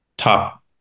top